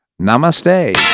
Namaste